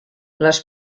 les